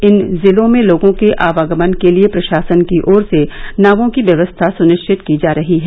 इन जिलों में लोगों के आवागमन के लिए प्रशासन की ओर से नार्वो की व्यवस्था सुनिश्चित की जा रही है